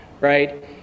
right